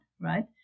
right